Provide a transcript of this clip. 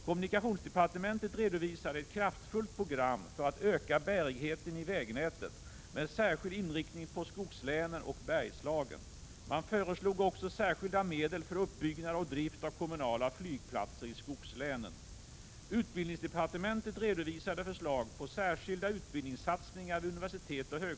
Kommunikationsdepartementet redovisade ett kraftfullt program för att öka bärigheten i vägnätet, med särskild inriktning på skogslänen och Bergslagen. Man föreslog också särskilda medel för uppbyggnad och drift av kommunala flygplatser i skogslänen.